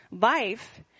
life